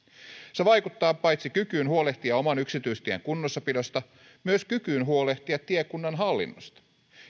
se vaikuttaa paitsi kykyyn huolehtia oman yksityistien kunnossapidosta myös kykyyn huolehtia tiekunnan hallinnosta